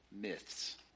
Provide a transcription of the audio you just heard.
myths